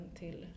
till